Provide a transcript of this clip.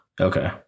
okay